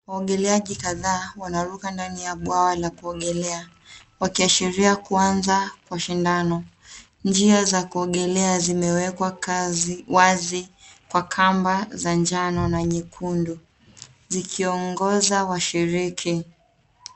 Waogeleaji kadhaa wanaruka ndani ya bwawa la kuogolea wakiashiria kuanza kwa shindano. Njia za kuogolea zimewekwa wazi kwa kamba za njano na nyekundu, zikiongoza washiriki.